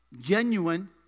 genuine